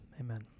Amen